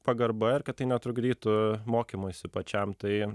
pagarba ir kad tai netrukdytų mokymuisi pačiam tai